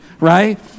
right